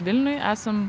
vilniuj esam